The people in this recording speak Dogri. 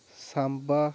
सांबा